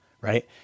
right